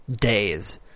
days